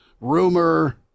rumor